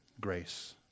grace